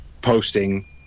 posting